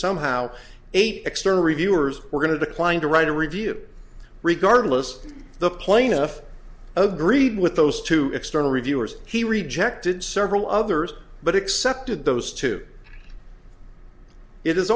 somehow eight external reviewers were going to decline to write a review regardless the plaintiff agreed with those two external reviewers he rejected several others but accepted those two it is